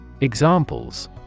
Examples